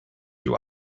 you